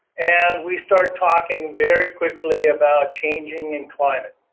and we start talking very quickly about changing in climate.